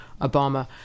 Obama